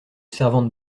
servantes